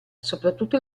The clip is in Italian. soprattutto